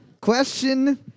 Question